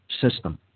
system